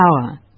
power